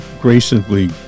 gracefully